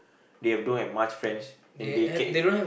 they have don't have much friends and they ca~